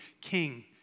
king